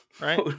right